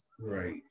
Right